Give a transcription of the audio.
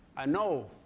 i know,